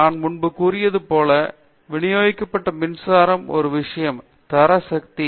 எனவே நான் முன்பு கூறியது போல் விநியோகிக்கப்பட்ட மின்சாரம் ஒரு விஷயம் தர சக்தி